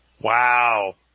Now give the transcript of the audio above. Wow